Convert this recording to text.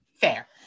fair